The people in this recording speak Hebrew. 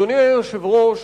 אדוני היושב-ראש,